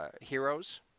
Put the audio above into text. Heroes